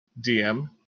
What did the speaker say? dm